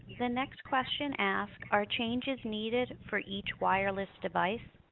the next question asks are changes needed for each wireless device?